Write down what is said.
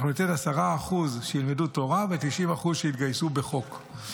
אנחנו ניתן ל-10% שילמדו תורה וש-90% יתגייסו בחוק.